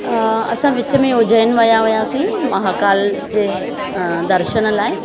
असां विच में उज्जैन विया हुयासीं महाकाल जे दर्शन लाइ